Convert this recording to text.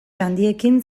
handiekin